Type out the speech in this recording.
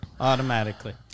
Automatically